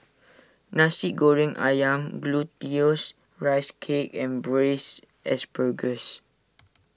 Nasi Goreng Ayam Glutinous Rice Cake and Braised Asparagus